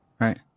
right